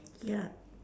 ya